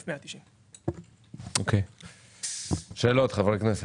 החלטה 1190. יש שאלות לחברי הכנסת?